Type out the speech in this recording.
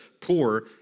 poor